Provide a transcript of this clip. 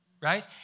right